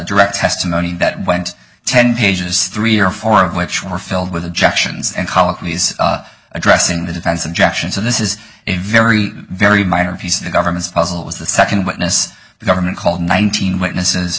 direct testimony that went ten pages three or four of which were filled with a junctions and colonies addressing the defense injection so this is a very very minor piece of the government's puzzle was the second witness the government called nineteen witnesses